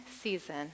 season